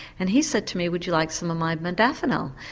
and he said to me, would you like some of my modafinil?